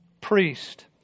priest